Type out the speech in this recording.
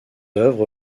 œuvres